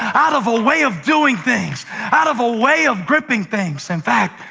out of a way of doing things, out of a way of gripping things. in fact,